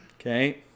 Okay